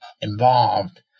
involved